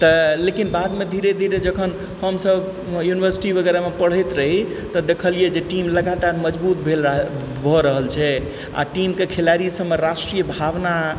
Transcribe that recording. तऽ लेकिन बादमे धीरे धीरे जखन हमसभ यूनिवर्सिटी वगैरहमे पढ़ैत रहि तऽ देखलियै जे टीम लगातार मजबूत भेल भऽ रहल छै आ टीमके खिलाड़ी सभमे राष्ट्रीय भावना